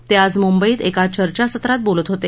ते आज मुंबईत एका चर्चासत्रात बोलत होते